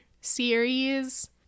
series